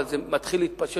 אבל זה מתחיל להתפשט.